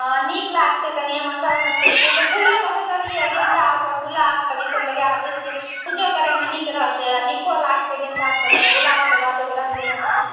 हँ नीक लागतै कनि सभ रंगकें फूल फूलोमे सोचलिय हँ गेंदा गुलाब सभ ईसभ लगा दै छियै पूजो करयमे नीक रहतै आ नीको लागतै गेंदासभ रहतै गुलाबसभ रहतै रंग बिरंगके